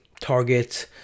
targets